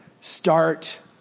start